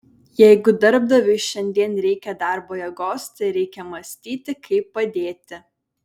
jeigu darbdaviui šiandien reikia darbo jėgos tai reikia mąstyti kaip padėti